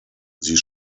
sie